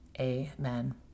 Amen